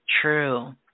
true